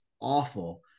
awful